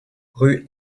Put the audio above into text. rue